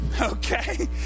okay